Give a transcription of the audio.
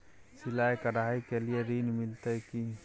सिलाई, कढ़ाई के लिए ऋण मिलते की?